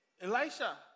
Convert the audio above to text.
Elisha